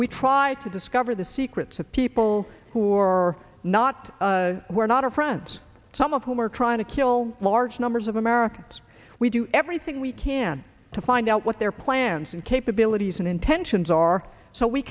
we tried to discover the secrets of people who are not were not our friends some of whom are trying to kill large numbers of americans we do everything we can to find out what their plans capabilities and intentions are so we